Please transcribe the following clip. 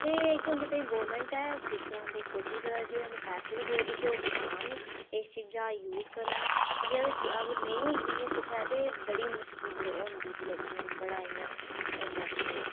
ते केह् होंदा की तुस गौरमेंट ऐ जेह्के ओह् होंदे कोशिश बी देआ दी ओह् बनान जां यूज़ करन की के अगर नेईं होंदी कुसै ते बड़ी मुश्किल होंदी लोकें बड़ाइ होंदा इं'या ते